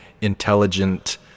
intelligent